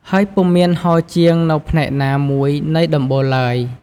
ហើយពុំមានហោជាងនៅផ្នែកណា មួយនៃដំបូលឡើយ។